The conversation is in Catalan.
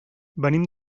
venim